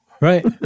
Right